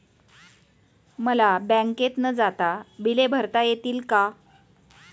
मला बँकेत न जाता बिले भरता येतील का?